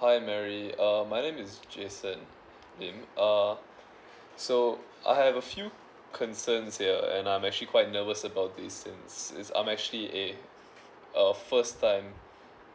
hi Mary uh my name is Jason lim uh so I have a few concerns here and I'm actually quite nervous about this in it's I'm actually a uh first time